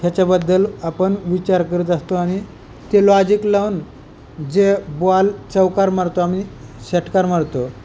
ह्याच्याबद्दल आपण विचार करत असतो आणि ते लॉजिक लावून जे बॉल चौकार मारतो आणि षटकार मारतो